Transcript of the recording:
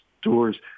stores